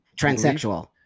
Transsexual